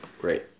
Great